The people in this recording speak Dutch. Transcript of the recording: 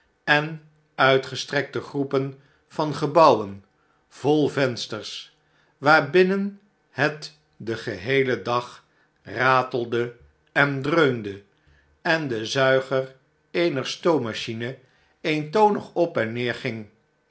en uitgestrekte groepen van gebouwen vol vensters waarbinnen het den geheelen dag ratelde en dreunde en de zuiger eener stoommachine eentonig op en neer ging